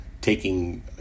taking